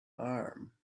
arm